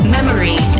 Memory